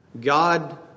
God